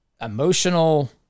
emotional